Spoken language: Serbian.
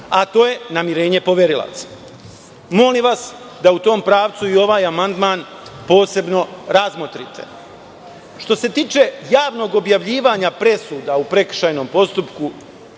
a to je namirenje poverilaca. Molim vas da u tom pravcu i ovaj amandman posebno razmotrite. Što se tiče javnog objavljivanja presuda u prekršajnom postupku,